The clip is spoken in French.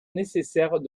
nécessaire